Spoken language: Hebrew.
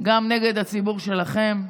גם נגד הציבור שלכם.